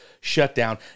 shutdown